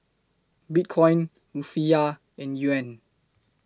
Bitcoin Rufiyaa and Yuan